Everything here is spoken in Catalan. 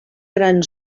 gran